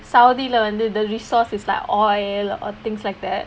saudi வந்து:vanthu the resources like oil or things like that